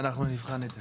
אנחנו נבחן את זה,